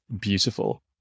beautiful